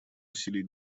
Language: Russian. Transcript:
усилий